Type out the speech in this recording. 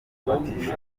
abatishoboye